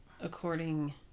according